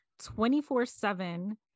24-7